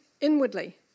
inwardly